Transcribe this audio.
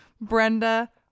Brenda